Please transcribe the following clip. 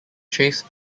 chase